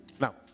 Now